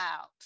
out